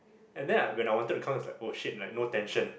and then I when I wanted to come was like oh shit like no tension